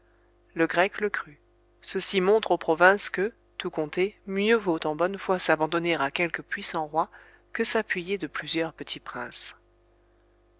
le grec le crut ceci montre aux provinces que tout compté mieux vaut en bonne foi s'abandonner à quelque puissant roi que s'appuyer de plusieurs petits princes